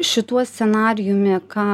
šituo scenarijumi ką